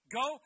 Go